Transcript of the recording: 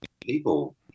people